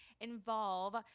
involve